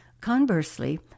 Conversely